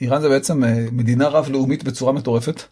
איראן זה בעצם מדינה רב-לאומית בצורה מטורפת.